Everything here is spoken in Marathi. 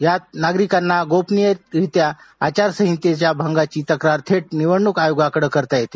यात नागरिकांना गोपनीयरित्या आचारसंहितेच्या भंगाची तक्रार थेट निवडणूक आयोगाकड करता येते